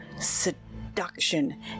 seduction